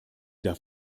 darf